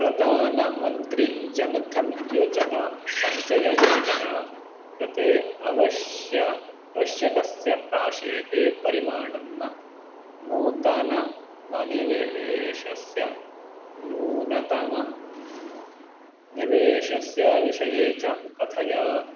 प्रधानमन्त्रीजनधनयोजना सञ्चययोजना कृते अवश्य आवश्यकस्य राशेः परिमाणं नूतनमनिवेशस्य न्यूनतमनिवेशस्य विषये च कथय